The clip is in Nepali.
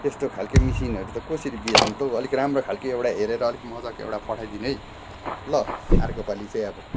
त्यस्तो खालके मसिनहरू त कसरी बेच्नु त हो अलिक राम्रो खालके एउटा हेरेर अलिक मजाको एउटा पठाइदिनु है ल अर्को पालि चाहिँ अब